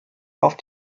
auf